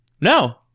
No